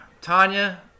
tanya